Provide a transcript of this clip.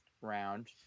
round